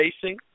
facing